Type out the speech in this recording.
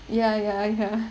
ya ya ya